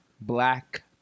black